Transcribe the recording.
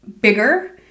bigger